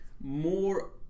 more